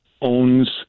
owns